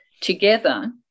together